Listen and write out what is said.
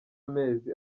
amezi